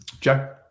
Joe